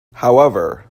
however